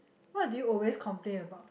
what do you always complain about